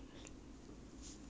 no jemma wei